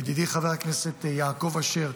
ידידי חבר הכנסת יעקב אשר,